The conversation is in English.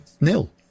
nil